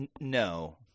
no